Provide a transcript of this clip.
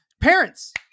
Parents